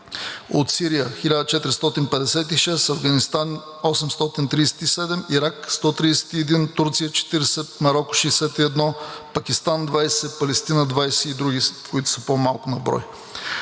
от Сирия – 1456, Афганистан – 837, Ирак – 131, Турция – 40, Мароко – 61, Пакистан – 20, Палестина – 20, и други, които са по-малко на брой.